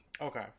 Okay